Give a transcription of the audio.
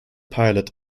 pilot